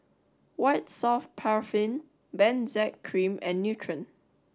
White Soft Paraffin Benzac Cream and Nutren